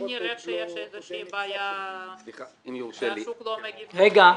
אם נראה שיש איזושהי בעיה והשוק לא מגיב כפי שציפינו,